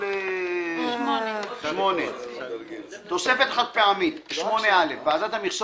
סעיף 8. "תוספת חד-פעמית ועדת המכסות